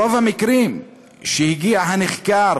ברוב המקרים שהגיע הנחקר